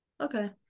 okay